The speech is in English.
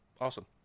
Awesome